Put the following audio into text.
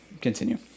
continue